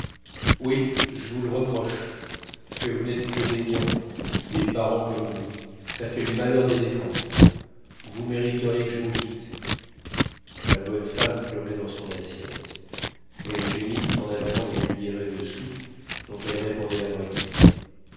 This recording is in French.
oui j'vous le r'proche que vous n'êtes que des niants des parents comme vous ça fait l'malheur des éfants qu vous mériteriez que j'vous quitte la bonne femme pleurait dans son assiette elle gémit tout en avalant des cuillerées de soupe dont elle répandait la moitié